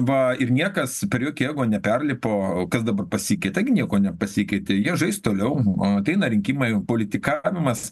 va ir niekas per jokį ego neperlipo o kas dabar pasikeitėgi nieko nepasikeitė jie žais toliau ateina rinkimai politikavimas